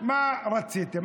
ומה רציתם?